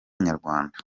nyarwanda